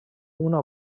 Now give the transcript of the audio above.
una